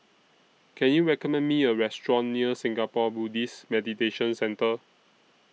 Can YOU recommend Me A Restaurant near Singapore Buddhist Meditation Centre